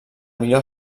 millor